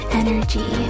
energy